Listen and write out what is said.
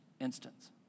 instance